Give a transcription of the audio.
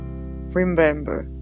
Remember